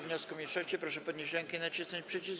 wniosku mniejszości, proszę podnieść rękę i nacisnąć przycisk.